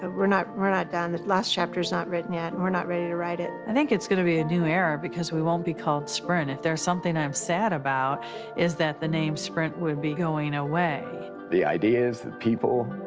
but we're not, we're not done. the last chapter's not written yet and we're not ready to write it. i think it's going to be a new era because we won't be called sprint. if there's something that i'm sad about is that the name sprint would be going away. the ideas, the people,